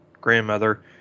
grandmother